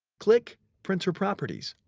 click printer properties.